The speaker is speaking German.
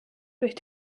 durch